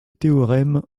théorème